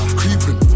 creeping